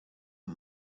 aya